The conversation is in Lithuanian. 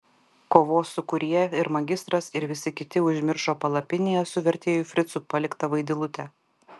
kovos sūkuryje ir magistras ir visi kiti užmiršo palapinėje su vertėju fricu paliktą vaidilutę